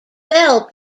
bell